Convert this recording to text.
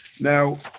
Now